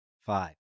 Five